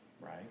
right